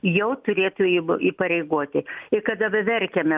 jau turėtų jį įpareigoti ir kad daba verkiame